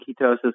ketosis